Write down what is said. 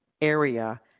area